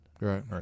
right